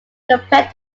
compared